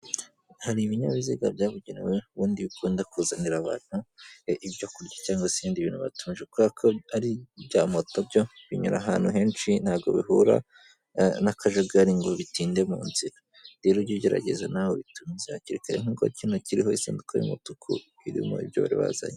Hari ibinyabiziga byabugenewe ubundi bikunda kuzanira abantu ibyo kurya cyangwa se ibindi bintu batumije, kubera ko ari ibya moto byo binyura ahantu henshi ntago bihura n'akajagari ngo bitinde mu nzira, rero ujye ugerageza nawe ubitumize hakiri kare nk'uko kino kiriho isanduku y'umutuku irimo ibyo bari bazanye.